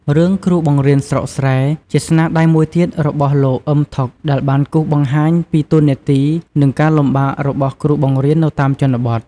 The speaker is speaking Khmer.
រឿងគ្រូបង្រៀនស្រុកស្រែ ជាស្នាដៃមួយទៀតរបស់ លោក អ៊ឹម ថុក ដែលបានគូសបង្ហាញពីតួនាទី និងការលំបាករបស់គ្រូបង្រៀននៅតាមជនបទ។